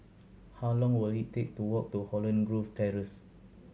how long will it take to walk to Holland Grove Terrace